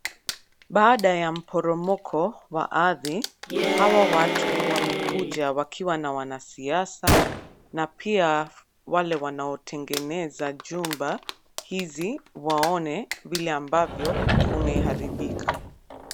Baada ya mporomoka wa ardhi, hawa watu wamekuja wakiwa na wanasiasa, na pia wale wanaotengeneza jumba hizi waone vile ambavyo kumeharibika.